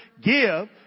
Give